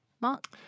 Mark